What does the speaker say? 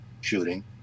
shooting